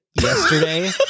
yesterday